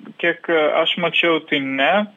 kiek aš mačiau tai ne